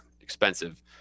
expensive